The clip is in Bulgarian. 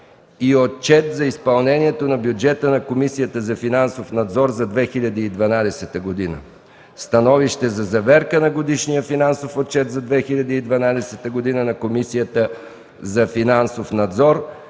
Отчет за изпълнението на бюджета на Комисията за финансов надзор за 2012 г., Становище за заверка на Годишния финансов отчет за 2012 г. на Комисията за финансов надзор